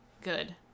Good